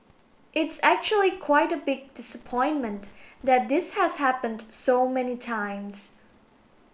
it's actually quite a big disappointment that this has happened so many times